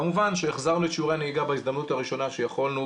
כמובן שהחזרנו את שיעורי הנהיגה בהזדמנות הראשונה שיכולנו,